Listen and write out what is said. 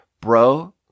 bro